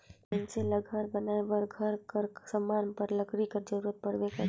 मइनसे ल घर बनाए बर, घर कर समान बर लकरी कर जरूरत परबे करथे